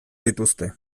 dituzte